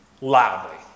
loudly